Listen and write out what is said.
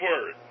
word